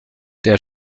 der